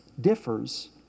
differs